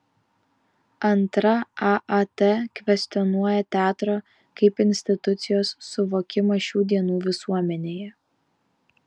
antra aat kvestionuoja teatro kaip institucijos suvokimą šių dienų visuomenėje